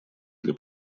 для